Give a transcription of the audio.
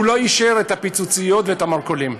הוא לא אישר את הפיצוציות ואת המרכולים.